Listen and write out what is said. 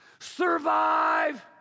survive